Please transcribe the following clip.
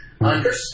Understand